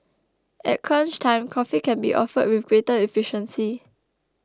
at crunch time coffee can be offered with greater efficiency